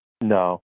No